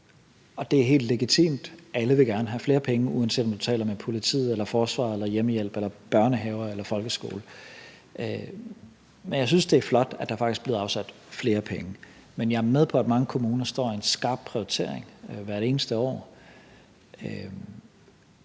og det er helt legitimt. Alle vil gerne have flere penge, uanset om du taler med politiet, forsvaret, hjemmehjælpen, børnehaver eller folkeskoler. Men jeg synes, det er flot, at der faktisk er blevet afsat flere penge, men jeg er med på, at mange kommuner står i at skulle lave en skarp prioritering hvert eneste år.